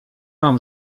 mam